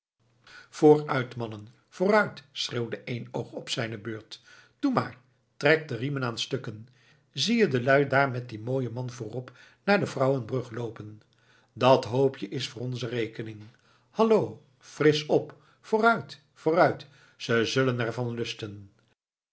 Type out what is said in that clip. vooruit mannen vooruit schreeuwde eenoog op zijne beurt toe maar trekt de riemen aan stukken zie-je de luî daar met dien mooien man voorop naar de vrouwenbrug loopen dat hoopje is voor onze rekening halloh frisch op vooruit vooruit ze zullen er van lusten